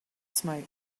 smoke